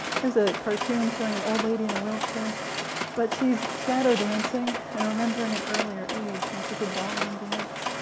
here's a cartoon showing an old lady in a wheelchair but she's shadow dancing, and remembering an earlier age, when she could ballroom dance.